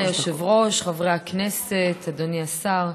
אדוני היושב-ראש, חברי הכנסת, אדוני השר,